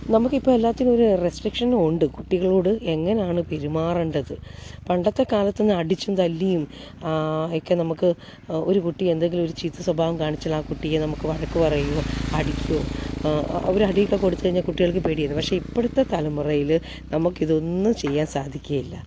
നമുക്കിപ്പോൾ എല്ലാത്തിനുമൊരു റെസ്ട്രിക്ഷനുമുണ്ട് കുട്ടികളോട് എങ്ങനെയാണ് പെരുമാറേണ്ടത് പണ്ടത്തെ കാലത്തെന്ന് അടിച്ചും തല്ലിയും ഒക്കെ നമുക്ക് ഒരു കുട്ടി എന്തെങ്കിലും ഒരു ചീത്ത സ്വഭാവം കാണിച്ചാൽ ആ കുട്ടിയെ നമുക്ക് വഴക്കുപറയോ അടിക്കോ ഒരടിയൊക്കെ കൊടുത്ത് കഴിഞ്ഞാൽ കുട്ടികൾക്ക് പേടി ആയിരുന്നു പക്ഷേ ഇപ്പോഴത്തെ തലമുറയിൽ നമുക്കിതൊന്നും ചെയ്യാൻ സാധിക്കുകയില്ല